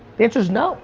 the answer is no